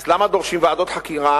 אז למה דורשים ועדות חקירה